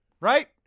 right